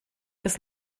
bis